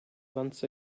months